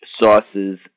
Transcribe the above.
sauces